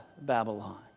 Babylon